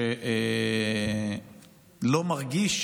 אני לא חושב שיש מישהו שלא מרגיש